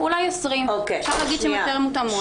אולי 20, אפשר להגיד שהן יותר מותאמות.